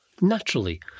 Naturally